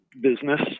business